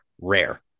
rare